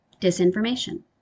Disinformation